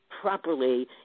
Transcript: properly